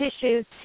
tissues